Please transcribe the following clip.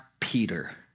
Peter